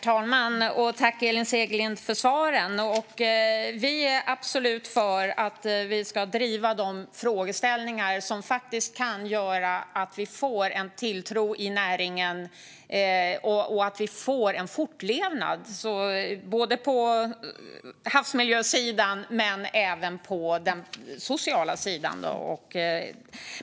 Herr talman! Vi är absolut för att driva de frågor som kan göra att vi får en tilltro till näringen och att vi får en fortlevnad, både på havsmiljösidan och på den sociala sidan.